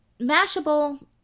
Mashable